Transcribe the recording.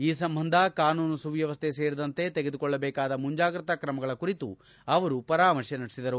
ಈ ಸಂಬಂಧ ಕಾನೂನು ಸುವ್ಯವಸ್ಥೆ ಸೇರಿದಂತೆ ತೆಗೆದುಕೊಳ್ಳಬೇಕಾದ ಮುಂಜಾಗ್ರತಾ ಕ್ರಮಗಳ ಕುರಿತು ಅವರು ಪರಾಮರ್ಶೆ ನಡೆಸಿದರು